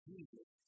Jesus